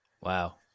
Wow